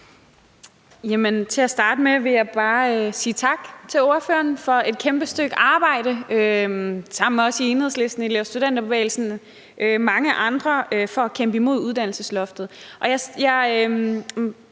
Til at starte med vil jeg bare sige tak til ordføreren for et kæmpe stykke arbejde sammen med os i Enhedslisten, elev- og studenterbevægelsen og mange andre for at kæmpe imod uddannelsesloftet.